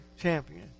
champion